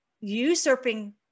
usurping